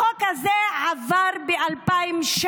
החוק הזה עבר ב-2016,